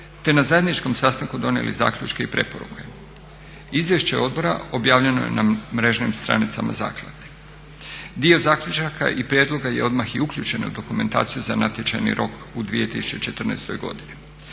te na zajedničkom sastanku donijeli zaključke i preporuke. Izvješće Odbora objavljeno je na mrežnim stranicama Zaklade. Dio zaključaka i prijedloga je odmah i uključen u dokumentaciju za natječajni rok u 2014. godini.